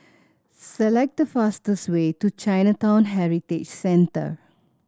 select the fastest way to Chinatown Heritage Centre